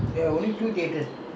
ah ah